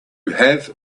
have